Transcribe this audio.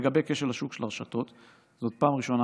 לגבי כשל השוק של הרשתות: זאת פעם ראשונה,